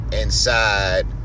inside